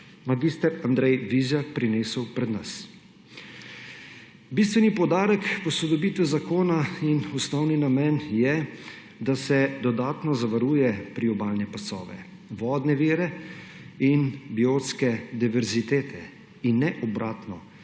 mag. Andrej Vizjak prinesel pred nas. Bistveni poudarek posodobitve zakona in osnovni namen je, da se dodatno zavaruje priobalne pasove, vodne vire in biotsko diverziteto, in ne obratno,